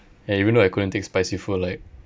and even though I couldn't take spicy food like